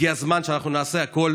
הגיע הזמן שאנחנו נעשה הכול